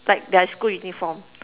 like their school uniform